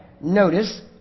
notice